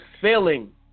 failing